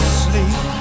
sleep